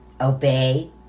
Obey